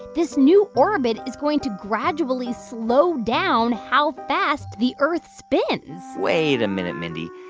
this new orbit is going to gradually slow down how fast the earth spins wait a minute, mindy.